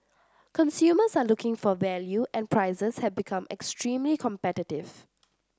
consumers are looking for value and prices have become extremely competitive